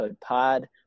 Pod